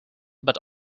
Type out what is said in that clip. but